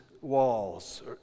walls